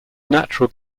natural